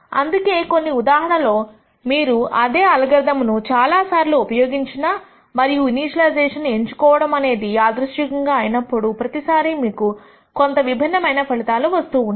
అందుకే కొన్ని ఉదాహరణలో మీరు అదే అల్గారిథం ను చాలాసార్లు ఉపయోగించినా మరియు ఇనీషియలైజేషన్ ఎంచుకోవడం అనేది యాదృచ్చికం అయినప్పుడు ప్రతిసారి మీకు కొంత విభిన్నమైన ఫలితాలు వస్తూ ఉంటాయి